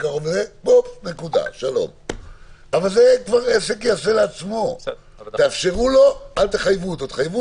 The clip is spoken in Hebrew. חושבים שיש הסמכה בחוק שמאפשרת לעשות את האיסור הזה.